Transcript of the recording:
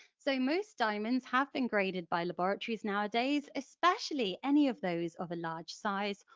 so most diamonds have been graded by laboratories nowadays, especially any of those of a large size,